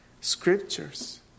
Scriptures